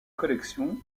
collection